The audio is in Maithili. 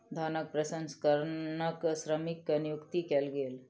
धानक प्रसंस्करणक श्रमिक के नियुक्ति कयल गेल